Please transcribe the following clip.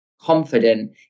confident